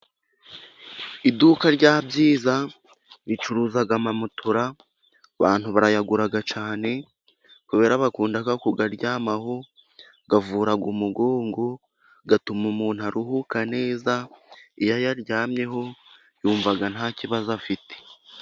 Iduka rya byiza ricuruza amamatora. Abantu barayagura cyane kubera ko bakunda kuyaryamaho. Avura umugongo, atuma umuntu aruhuka neza, iyo ayaryamyeho yumva nta kibazo afite.